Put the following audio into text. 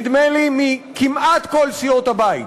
נדמה לי, כמעט מכל סיעות הבית,